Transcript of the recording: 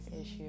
issue